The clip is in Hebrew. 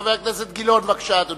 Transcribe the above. חבר הכנסת גילאון, בבקשה, אדוני.